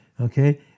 Okay